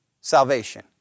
salvation